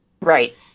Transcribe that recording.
Right